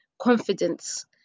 confidence